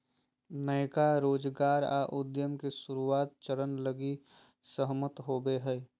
नयका रोजगार या उद्यम के शुरुआत चरण लगी सहमत होवो हइ